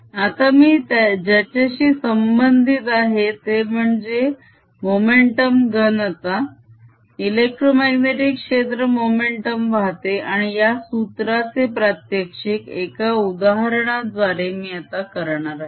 S1c10EB आता मी ज्याच्याशी संबंधित आहे ते म्हणजे मोमेंटम घनता इलेक्ट्रोमाग्नेटीक क्षेत्र मोमेंटम वाहते आणि या सूत्राचे प्रात्यक्षिक एका उदाहरणाव्दारे मी आता करणार आहे